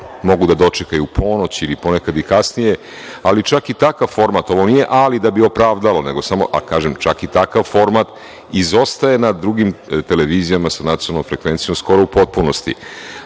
mogu da dočekaju ponoć ili ponekad i kasnije, ali čak i takav formati, ovo nije „ali“ da bi opravdalo, nego samo, a kažem čak i takav format izostaje na drugim televizijama sa nacionalnom frekvencijom skoro u potpunosti. Javni